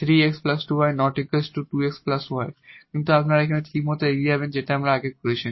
⟹ 3𝑥 2𝑦 ≠ 2𝑥 y কিন্তু আপনি এখন ঠিক সেইভাবে এগিয়ে যাবেন যেটা আগে আমরা করেছি